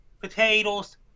potatoes